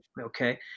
Okay